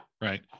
right